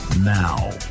Now